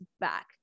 back